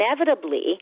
inevitably